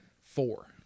Four